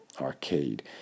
arcade